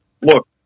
Look